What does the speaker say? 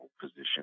position